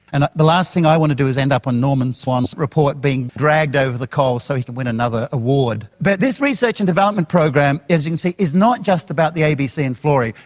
and the last thing i want to do is end up on norman swan's report being dragged over the coals so he can win another award. but this research and development program, as you can see, is not just about the abc and florey.